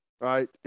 right